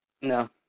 No